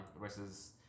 versus